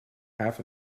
half